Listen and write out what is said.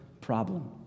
problem